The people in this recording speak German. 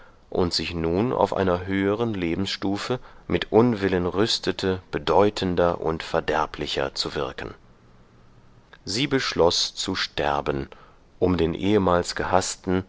und sich nun auf einer höheren lebensstufe mit unwillen rüstete bedeutender und verderblicher zu wirken sie beschloß zu sterben um den ehemals gehaßten